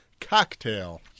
cocktail